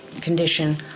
condition